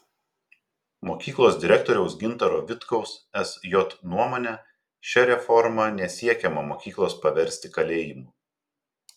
mokyklos direktoriaus gintaro vitkaus sj nuomone šia reforma nesiekiama mokyklos paversti kalėjimu